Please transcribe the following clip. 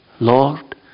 Lord